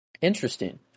Interesting